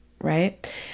right